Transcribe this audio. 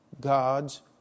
God's